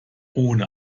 ohne